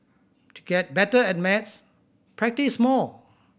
to get better at maths practise more